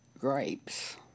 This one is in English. grapes